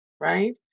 right